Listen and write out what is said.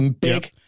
big